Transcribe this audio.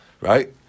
right